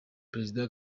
perezida